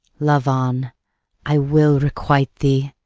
love on i will requite thee,